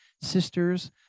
sisters